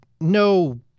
no